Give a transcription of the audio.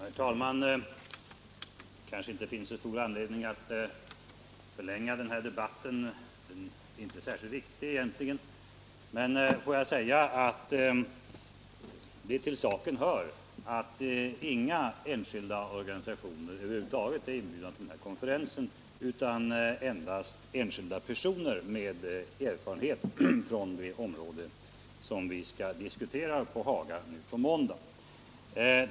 Herr talman! Det finns kanske inte så stor anledning att förlänga den här debatten. Får jag ändå säga att det till saken hör att inga organisationer över huvud taget är inbjudna till denna konferens utan endast enskilda personer med erfarenhet från det område som vi skall diskutera på Haga nu på måndag.